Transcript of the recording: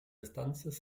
estances